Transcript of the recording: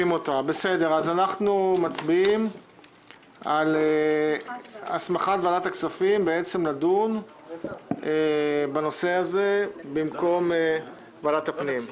אנחנו מצביעים על הסמכת ועדת הכספים לדון בנושא הזה במקום ועדת הפנים.